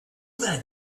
that